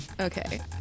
Okay